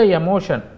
emotion